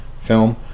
film